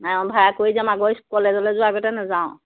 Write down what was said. নাই অ' ভাড়া কৰি যাম আগৰ কলেজলৈ যোৱা নেযাওঁ